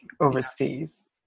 overseas